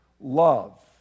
love